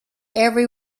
every